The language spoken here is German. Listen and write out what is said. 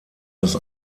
das